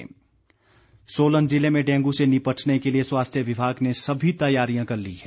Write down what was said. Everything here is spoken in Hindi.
डेंग् सोलन जिले में डेंगू से निपटने के लिए स्वास्थ्य विभाग ने सभी तैयारियां कर ली है